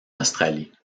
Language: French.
australie